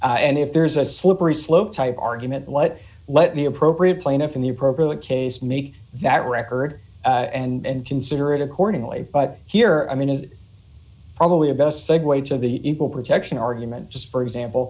two and if there's a slippery slope type argument what let me appropriate plaintiff in the appropriate case make that record and consider it accordingly but here i mean is probably a best segue to the equal protection argument just for example